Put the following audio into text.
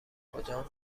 کجان